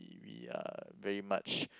we uh very much